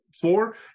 four